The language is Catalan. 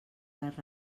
les